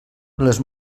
les